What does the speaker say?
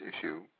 issue